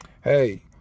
Hey